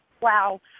Wow